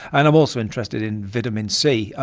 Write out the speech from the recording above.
and i'm also interested in vitamin c.